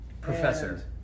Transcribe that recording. Professor